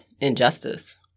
injustice